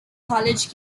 college